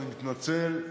ואני מתנצל,